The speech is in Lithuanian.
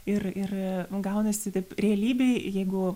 ir ir gaunasi taip realybėj jeigu